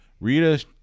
Rita